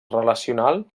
relacional